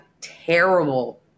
terrible